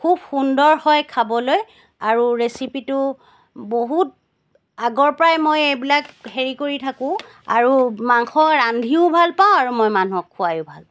খুব সুন্দৰ হয় খাবলৈ আৰু ৰেচিপিটো বহুত আগৰ পৰাই মই এইবিলাক হেৰি কৰি থাকো আৰু মাংস ৰান্ধিও ভাল পাওঁ আৰু মই মানুহক খুৱাইও ভাল পাওঁ